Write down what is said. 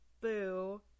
Boo